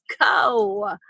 go